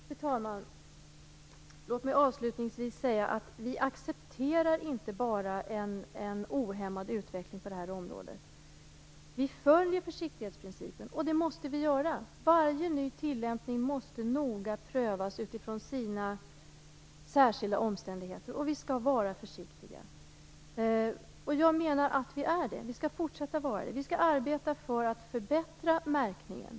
Fru talman! Låt mig avslutningsvis säga att vi inte accepterar en ohämmad utveckling på det här området. Vi följer försiktighetsprincipen, och det måste vi göra. Varje ny tillämpning måste noga prövas utifrån sina särskilda omständigheter, och vi skall vara försiktiga. Jag menar att vi är det. Vi skall fortsätta att vara det. Vi skall arbeta för att förbättra märkningen.